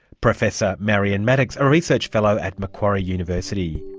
professor marion maddox, a research fellow at macquarie university.